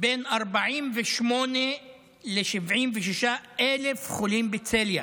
בין 48,000 ל-76,000 חולים בצליאק,